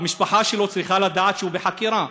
המשפחה שלו צריכה לדעת שהוא בחקירה.